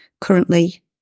currently